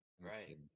right